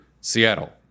Seattle